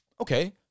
okay